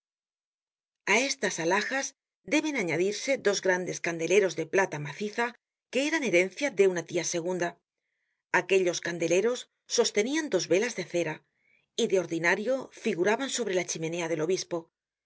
a estas alhajas deben añadirse dos grandes candeleros de plata maciza que eran herencia de una tia segunda aquellos candeleros sostenian dos velas de cera y de ordinario figuraban sobre la chimenea del obispo